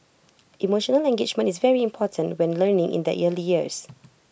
emotional engagement is very important when learning in the early years